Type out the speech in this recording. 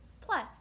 plus